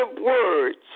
words